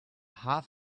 half